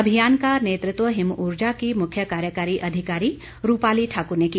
अभियान का नेतृत्व हिमऊर्जा की मुख्य कार्यकारी अधिकारी रूपाली ठाकुर ने की